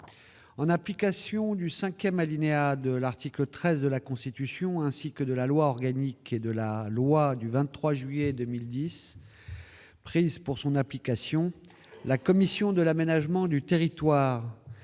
En application du 5ème alinéa de l'article 13 de la Constitution, ainsi que de la loi organique et de la loi du 23 juillet 2010. Prises pour son application, la commission de l'aménagement du territoire